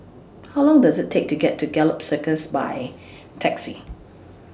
How Long Does IT Take to get to Gallop Circus By Taxi